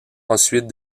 ensuite